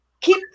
keep